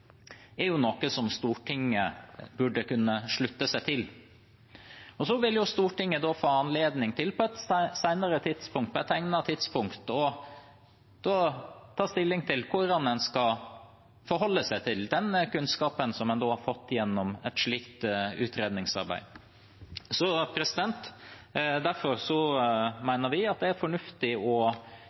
er noe Stortinget burde kunne slutte seg til. Så vil Stortinget få anledning til, på et senere tidspunkt, på et egnet tidspunkt, å ta stilling til hvordan en skal forholde seg til den kunnskapen som en har fått gjennom et slikt utredningsarbeid. Derfor mener vi at det er fornuftig å